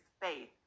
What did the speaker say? faith